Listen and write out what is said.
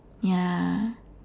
ya